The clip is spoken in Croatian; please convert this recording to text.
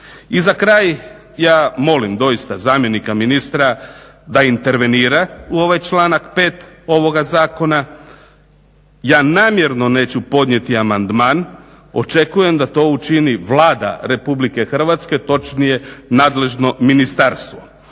I za kraj ja molim doista zamjenika ministra da intervenira u ovaj članak 5.ovoga zakona. Ja namjerno neću podnijeti amandman, očekujem da to učini Vlada RH, točnije nadležno ministarstvo.